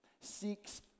seeks